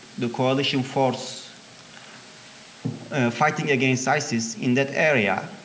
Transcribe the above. the coalition force fighting against isis in that area